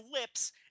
lips